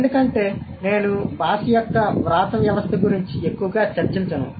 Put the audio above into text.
ఎందుకంటే నేను భాష యొక్క వ్రాత వ్యవస్థ గురించి ఎక్కువగా చర్చించను